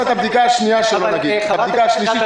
את הבדיקה השנייה --- חברת הכנסת זנדברג,